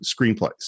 screenplays